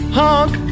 honk